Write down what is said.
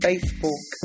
Facebook